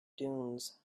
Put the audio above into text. dunes